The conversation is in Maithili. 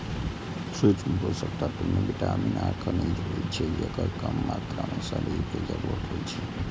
सूक्ष्म पोषक तत्व मे विटामिन आ खनिज होइ छै, जेकर कम मात्रा मे शरीर कें जरूरत होइ छै